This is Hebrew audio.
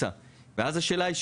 ואז השאלה היא,